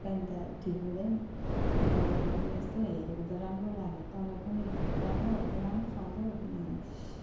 pant त ठिक हुँदैन अब यस्तो हेरेको त राम्रो लाग्यो तँलाई पनि राम्रो हुन्छ राम्रो सुहाउँछ हो किनभने